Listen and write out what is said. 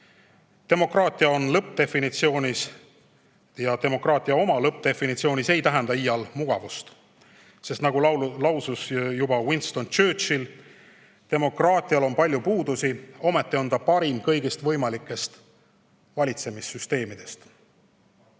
demokraatia toimimisele. Demokraatia oma lõppdefinitsioonis ei tähenda iialgi mugavust. Nagu lausus juba Winston Churchill: "Demokraatial on palju puudusi, ometigi on ta parim kõigist võimalikest valitsemissüsteemidest."